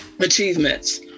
achievements